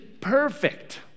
perfect